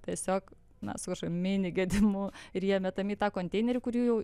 tiesiog na su kažkokiu mini gedimu ir jie metami į tą konteinerį kur jų jau